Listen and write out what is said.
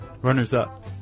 Runners-up